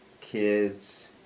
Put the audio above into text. Kids